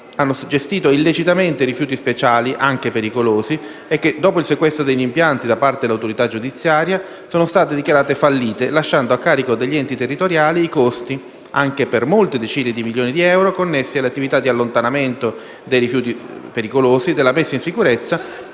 hanno gestito illecitamente rifiuti speciali anche pericolosi e che, dopo il sequestro degli impianti da parte dell'autorità giudiziaria, sono state dichiarate fallite lasciando a carico degli enti territoriali i costi, anche per molte decine di milioni di euro, connessi alle attività di allontanamento dei rifiuti pericolosi, di messa in sicurezza